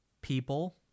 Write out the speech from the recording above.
people